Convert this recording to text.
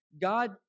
God